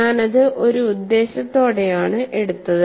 ഞാനത് ഒരു ഉദ്ദേശ്യത്തോടെയാണ് എടുത്തത്